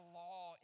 law